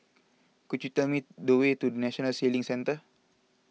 could you tell me the way to National Sailing Centre